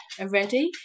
already